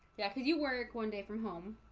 yeah, could you work one day from home?